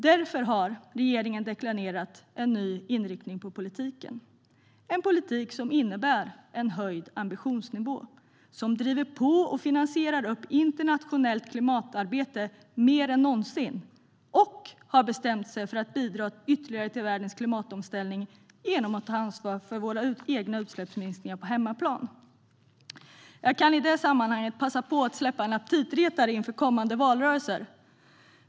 Därför har regeringen deklarerat en ny inriktning på politiken. Det är en politik som innebär en höjd ambitionsnivå, som driver på och finansierar internationellt klimatarbete mer än någonsin och har bestämt sig för att bidra ytterligare till världens klimatomställning genom att ta ansvar för våra egna utsläppsminskningar på hemmaplan. Jag kan i det sammanhanget passa på att släppa en aptitretare inför kommande valrörelser.